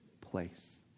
place